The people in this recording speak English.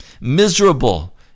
miserable